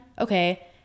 okay